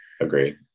Agreed